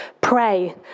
Pray